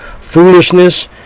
foolishness